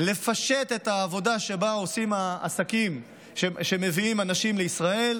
לפשט את העבודה שעושים העסקים שמביאים אנשים לישראל,